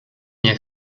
nie